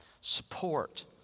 support